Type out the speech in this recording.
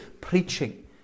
preaching